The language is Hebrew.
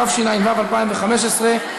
התשע"ו 2015,